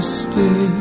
stay